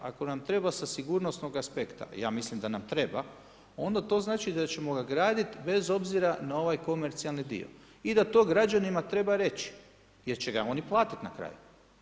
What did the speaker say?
Ako nam treba sa sigurnosnog aspekta, ja mislim da nam treba, onda to znači da ćemo ga graditi bez obzira na ovaj komercionani dio i da to građanima treba reći, jer će ga oni platiti na kraju.